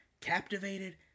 captivated